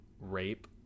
rape